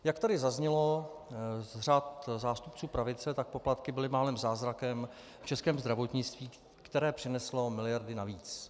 Jak tady zaznělo z řad zástupců pravice, tak poplatky byly málem zázrakem v českém zdravotnictví, které přinesly miliardy navíc.